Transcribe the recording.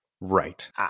Right